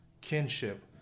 kinship